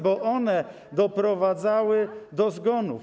bo one doprowadzały do zgonów.